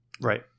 Right